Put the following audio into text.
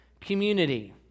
community